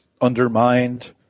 undermined